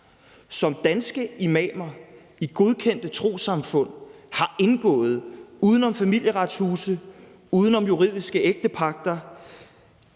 som danske imamer i godkendte trossamfund har indgået uden om Familieretshuset, uden om juridiske ægtepagter.